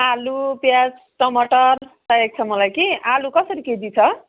आलु प्याज टमाटर चाहिएको छ मलाई कि आलु कसरी केजी छ